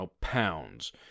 pounds